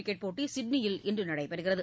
cricket போட்டி சிட்னியில் இன்று நடைபெறுகிறது